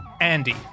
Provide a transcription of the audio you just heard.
Andy